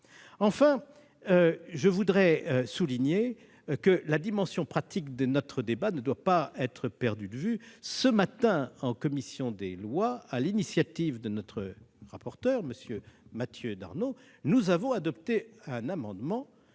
Enfin, je voudrais souligner que la dimension pratique de notre débat ne doit pas être perdue de vue. Ce matin, en commission des lois, sur l'initiative de notre rapporteur, M. Mathieu Darnaud, nous avons adopté un amendement